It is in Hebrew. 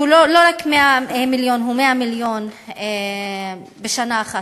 שהוא 100 מיליון בשנה אחת,